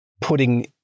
putting